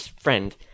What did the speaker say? friend